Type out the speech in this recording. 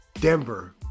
Denver